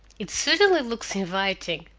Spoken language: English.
it certainly looks inviting,